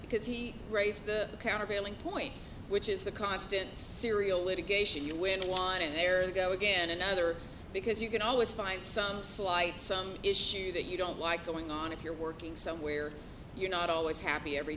because he raised the countervailing point which is the constant serial litigation you win one and there they go again another because you can always find some slight some issue that you don't like going on if you're working somewhere you're not always happy every